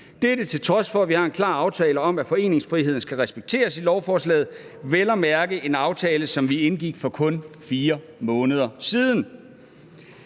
dette til trods for, at vi har en klar aftale om, at foreningsfriheden skal respekteres i lovforslaget, vel at mærke en aftale, som vi indgik for kun 4 måneder siden.